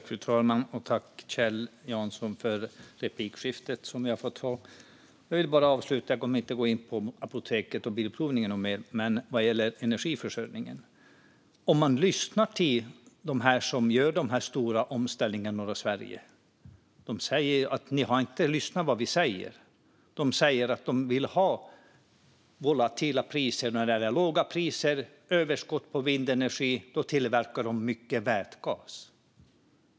Fru talman! Tack, Kjell Jansson, för replikskiftet! Jag kommer inte att gå mer in på Apoteket och Bilprovningen, men vad gäller energiförsörjningen vill jag avsluta med att säga att om man lyssnar till dem som gör den stora omställningen i norra Sverige så säger de att vi inte har lyssnat på dem. De säger att de vill ha volatila priser, för när det är överskott på vindenergi och låga priser tillverkar de mycket vätgas.